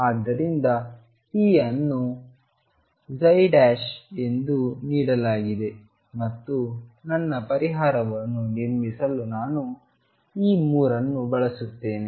ಆದ್ದರಿಂದ E ಅನ್ನು ಎಂದು ನೀಡಲಾಗಿದೆ ಮತ್ತು ನನ್ನ ಪರಿಹಾರವನ್ನು ನಿರ್ಮಿಸಲು ನಾನು ಈ ಮೂರನ್ನು ಬಳಸುತ್ತೇನೆ